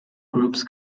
groups